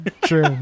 True